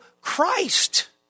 Christ